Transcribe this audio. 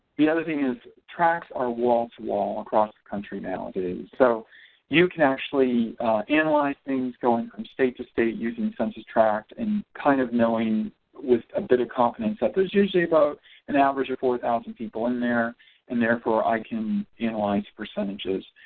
the other thing is tracts are wall-to-wall across the country nowadays so you can actually analyze things going from state to state using census tract and kind of knowing with a bit of confidence that there's usually about an average of four thousand people in there and therefore i can analyze percentages.